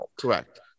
Correct